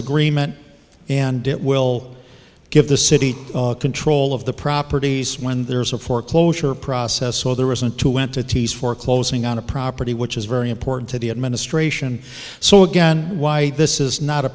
agreement and it will give the city control of the properties when there's a foreclosure process so there isn't two entities foreclosing on a property which is very important to the administration so again why this is not a